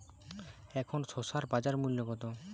এখন শসার বাজার মূল্য কত?